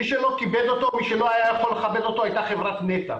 מי שלא כיבד אותו או מי שלא היה יכול לכבד אותו הייתה חברת נת"ע,